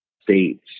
states